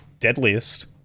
deadliest